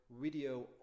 video